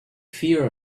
fear